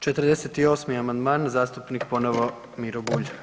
48. amandman, zastupnik ponovo Miro Bulj.